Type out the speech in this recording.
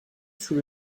sous